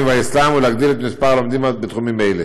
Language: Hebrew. והאסלאם ולהגדיל את מספר הלומדים בתחומים האלה.